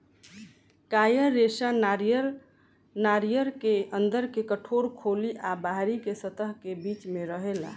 coir रेशा नारियर के अंदर के कठोर खोली आ बाहरी के सतह के बीच में रहेला